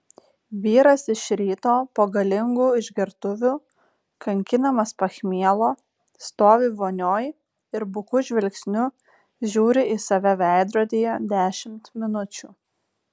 vyras iš ryto po galingų išgertuvių kankinamas pachmielo stovi vonioj ir buku žvilgsniu žiūri į save veidrodyje dešimt minučių